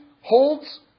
holds